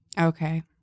Okay